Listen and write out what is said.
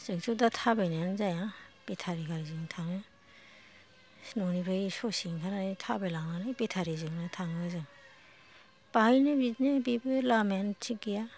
जोंथ' दा थाबायनायानो जाया बेटारि गारिजों थाङो न'निफ्राय ससे ओंखारनानै थाबायलांनानै बेटारिजोंनो थाङो जों बाहायनो बिदिनो बेबो लामायानो थिग गैया